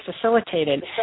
facilitated